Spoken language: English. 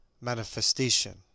manifestation